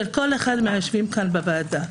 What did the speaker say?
של כל אחד מהיושבים כאן בוועדה.